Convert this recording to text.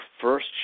first